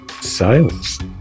sales